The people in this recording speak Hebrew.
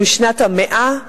זוהי שנת ה-100,